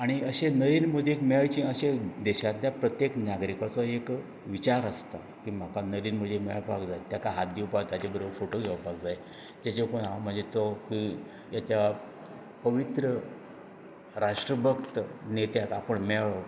नरेंद्र मोदीक मेळचें अशें देशांतल्या प्रत्येक नागरिकाचो एक विचार आसता की म्हाका नरेंद्र मोदीक मेळपाक जाय ताका हात दिवपाक जाय ताज्या बरोबर फोटो घेवपाक जाय जाणें करून हांव तो ते म्हज्या एक पवित्र राष्ट्रभक्त नेत्याक आपूण मेळ्ळों